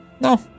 No